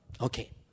Okay